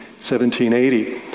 1780